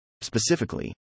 Specifically